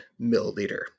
milliliter